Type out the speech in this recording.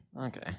Okay